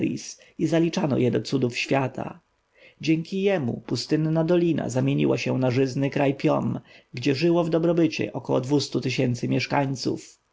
zaliczano je do cudów świata dzięki jemu pustynna dolina zamieniła się na żyzny kraj piom gdzie żyło w dobrobycie około dwustu tysięcy mieszkańców